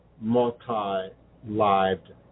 multi-lived